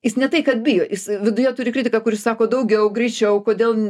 jis ne tai kad bijo jis viduje turi kritiką kuris sako daugiau greičiau kodėl